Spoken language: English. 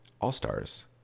all-stars